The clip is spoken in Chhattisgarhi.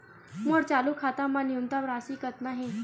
मोर चालू खाता मा न्यूनतम राशि कतना हे?